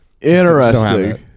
Interesting